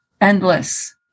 endless